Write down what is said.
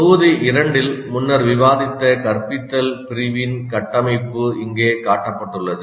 தொகுதி 2 இல் முன்னர் விவாதித்த கற்பித்தல் பிரிவின் கட்டமைப்பு இங்கே காட்டப்பட்டுள்ளது